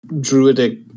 druidic